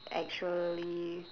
actually